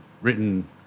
written